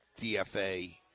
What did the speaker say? DFA